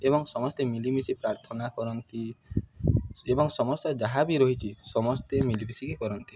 ଏବଂ ସମସ୍ତେ ମିଳିମିଶି ପ୍ରାର୍ଥନା କରନ୍ତି ଏବଂ ସମସ୍ତ ଯାହା ବି ରହିଛିି ସମସ୍ତେ ମିଳିମିଶିକି କରନ୍ତି